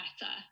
better